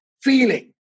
feeling